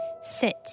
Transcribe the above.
Sit